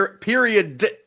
period